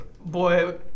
Boy